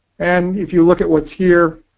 and if you look at what's here,